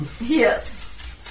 Yes